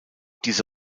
diese